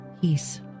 peace